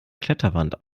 kletterwand